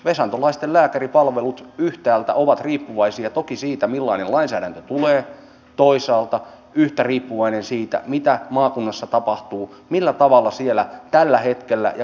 vesantolaisten lääkäripalvelut ovat yhtäältä toki riippuvaisia siitä millainen lainsäädäntö tulee toisaalta yhtä riippuvaisia siitä mitä maakunnassa tapahtuu millä tavalla ja kuinka aktiivisesti siellä tällä hetkellä rakennetaan kuntarajariippumatonta palveluverkkoa